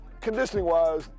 Conditioning-wise